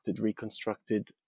reconstructed